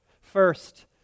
First